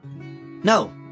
No